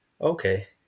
okay